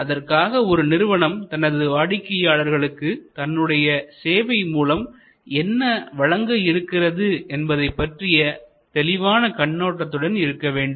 அதற்காக ஒரு நிறுவனம் தனது வாடிக்கையாளர்களுக்கு தன்னுடைய சேவை மூலம் என்ன வழங்க இருக்கிறது என்பதைப்பற்றி தெளிவான கண்ணோட்டத்துடன் இருக்க வேண்டும்